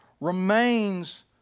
remains